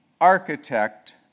architect